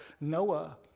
Noah